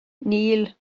níl